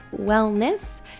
wellness